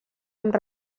amb